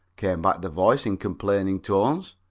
came back the voice in complaining tones.